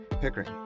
Pickering